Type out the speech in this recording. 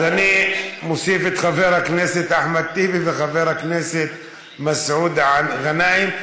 אז אני מוסיף את חבר הכנסת אחמד טיבי וחבר הכנסת מסעוד גנאים,